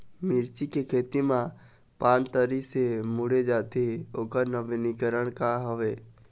मिर्ची के खेती मा पान तरी से मुड़े जाथे ओकर नवीनीकरण का हवे?